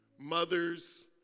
mothers